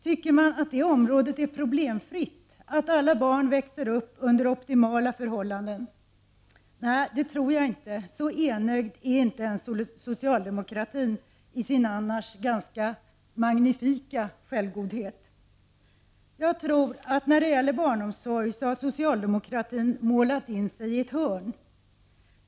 Tycker man att det området är problemfritt, att alla barn växer upp under optimala förhållanden? Nej, det tror jag inte — så enögd är inte ens socialdemokratin i sin annars ganska magnifika självgodhet. Jag tror att socialdemokratin när det gäller barnomsorgen har ”målat in sig i ett hörn”.